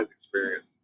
experience